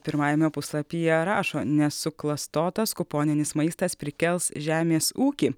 pirmajame puslapyje rašo nesuklastotas kuponinis maistas prikels žemės ūkį